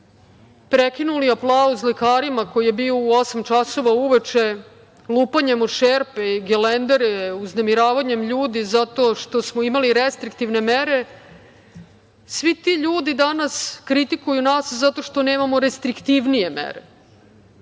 prekinuli aplauz lekarima koji je bio u osam časova uveče, lupanjem o šerpe, gelendere, uznemiravanjem ljudi zato što smo imali restriktivne mere, svi ti ljudi danas kritikuju nas zato što nemamo restriktivnije mere